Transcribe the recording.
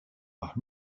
par